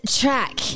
track